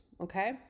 Okay